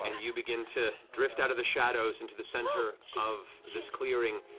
ah you begin to drift out of the shadows into the center of this clearing.